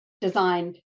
designed